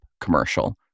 commercial